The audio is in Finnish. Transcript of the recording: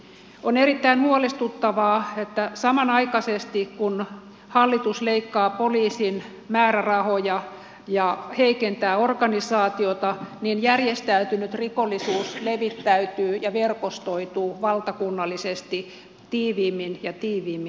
on erittäin huolestuttavaa että samanaikaisesti kun hallitus leikkaa poliisin määrärahoja ja heikentää organisaatiota järjestäytynyt rikollisuus levittäytyy ja verkostoituu valtakunnallisesti tiiviimmin ja tiiviimmin